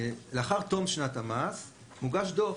לאחר תום שנת המס מוגש דוח,